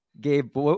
Gabe